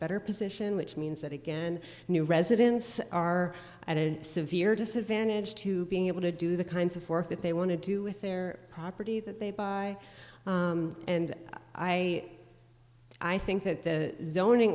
better position which means that again new residents are at a severe disadvantage to being able to do the kinds of work that they want to do with their property that they buy and i i think that the zoning